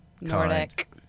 Nordic